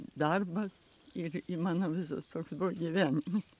darbas ir į mano visas toks gyvenimas